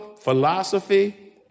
philosophy